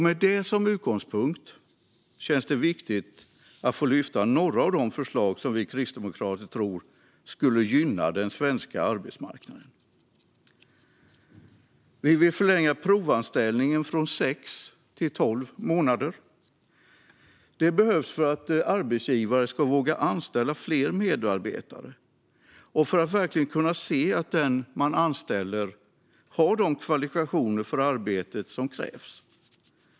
Med det som utgångspunkt känns det viktigt att få lyfta fram några av de förslag som vi kristdemokrater tror skulle gynna den svenska arbetsmarknaden. Vi vill förlänga provanställning från sex till tolv månader. Det behövs för att arbetsgivare ska våga anställa fler medarbetare och för att man verkligen ska kunna se att den man anställer har de kvalifikationer som krävs för arbetet.